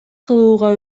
кылууга